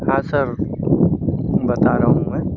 हाँ सर बता रहा हूँ मैं